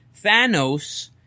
Thanos